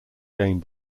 game